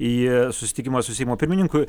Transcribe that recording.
į susitikimą su seimo pirmininku